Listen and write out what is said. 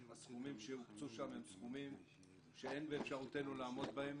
הסכומים שהוקצו שם הם סכומים שאין באפשרותנו לעמוד בהם.